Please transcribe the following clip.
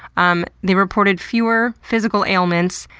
um they reported fewer physical ailments.